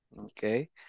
Okay